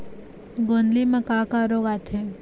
गोंदली म का का रोग आथे?